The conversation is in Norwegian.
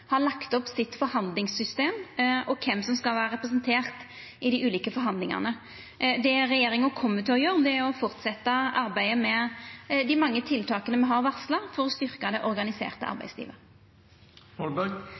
har lagt opp sitt forhandlingssystem, og kven som skal vera representert i dei ulike forhandlingane. Det regjeringa kjem til å gjera, er å fortsetja arbeidet med dei mange tiltaka me har varsla for å styrkja det organiserte